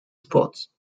sports